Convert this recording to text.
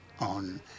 on